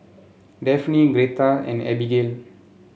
Dafne Greta and Abigail